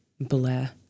Blair